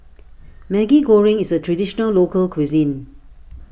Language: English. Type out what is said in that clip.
Maggi Goreng is a Traditional Local Cuisine